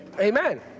amen